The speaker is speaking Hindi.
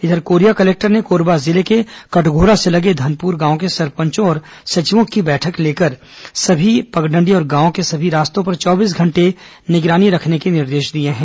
इधर कोरिया कलेक्टर ने कोरबा जिले के कटघोरा से लगे धनपुर गांव में सरपंचों और सचिवों की बैठक लेकर सभी पगडंडी और गांव के सभी रास्तों पर चौबीस घंटे निगरानी के निर्देश दिए हैं